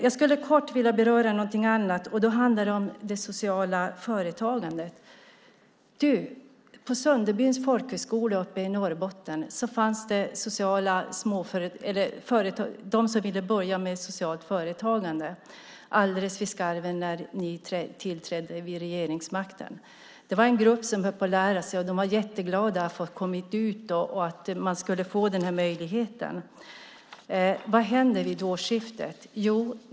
Jag ska kort beröra någonting annat också - det sociala företagandet. På Sunderbyns folkhögskola uppe i Norrbotten fanns det folk som ville börja med socialt företagande alldeles i skarven när ni tillträdde regeringsmakten. Det var en grupp som höll på att lära sig, och de var jätteglada att de hade fått komma ut och skulle få den här möjligheten. Vad hände vid årsskiftet?